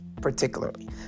particularly